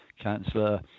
Councillor